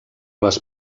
les